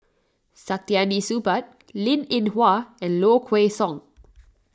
Saktiandi Supaat Linn in Hua and Low Kway Song